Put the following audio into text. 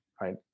right